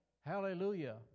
Hallelujah